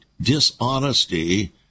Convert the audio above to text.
dishonesty